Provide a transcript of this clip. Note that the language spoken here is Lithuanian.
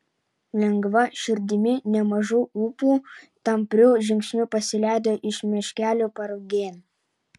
lengva širdimi nemažu ūpu tampriu žingsniu pasileido iš miškelio parugėn